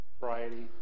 variety